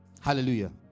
Hallelujah